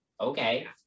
okay